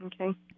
Okay